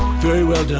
very well done.